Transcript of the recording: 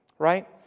Right